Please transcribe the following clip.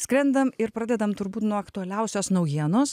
skrendam ir pradedam turbūt nuo aktualiausios naujienos